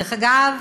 דרך אגב,